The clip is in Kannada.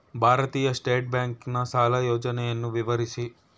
ಭಾರತೀಯ ಸ್ಟೇಟ್ ಬ್ಯಾಂಕಿನ ಸಾಲ ಯೋಜನೆಯನ್ನು ವಿವರಿಸಿ?